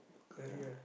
your career